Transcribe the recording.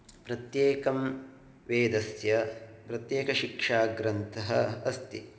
प्रत्येकं वेदस्य प्रत्येकशिक्षा ग्रन्थः अस्ति